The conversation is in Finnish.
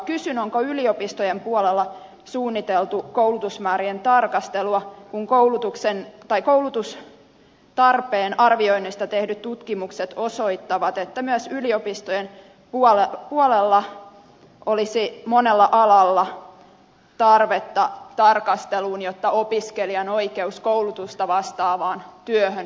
kysyn onko yliopistojen puolella suunniteltu koulutusmäärien tarkastelua kun koulutustarpeen arvioinneista tehdyt tutkimukset osoittavat että myös yliopistojen puolella olisi monella alalla tarvetta tarkasteluun jotta opiskelijan oikeus koulutusta vastaavaan työhön voi toteutua